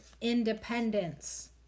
independence